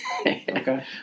Okay